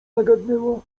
zagadnęła